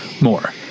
more